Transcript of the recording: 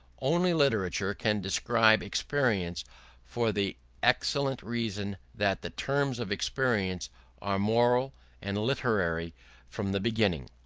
only literature can describe experience for the excellent reason that the terms of experience are moral and literary from the beginning.